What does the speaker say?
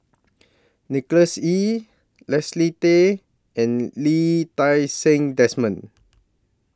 Nicholas Ee Leslie Tay and Lee Ti Seng Desmond